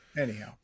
anyhow